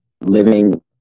living